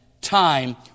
time